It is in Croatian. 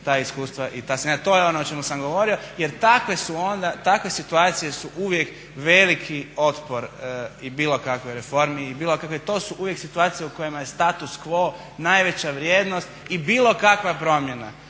To je ono o čemu sam govorio jer takve situacije su uvijek veliki otpor i bilo kakvoj reformi i bilo kakve, to su uvijek situacije u kojima je status quo najveća vrijednost i bilo kakva promjena